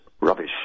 rubbish